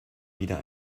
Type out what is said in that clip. wieder